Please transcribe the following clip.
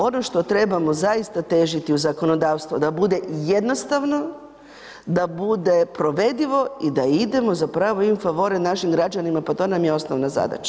Ono što trebamo zaista težiti u zakonodavstvo, da bude jednostavno, da bude provedivo i da idemo zapravo in favore našim građanima, pa to nam je osnovna zadaća.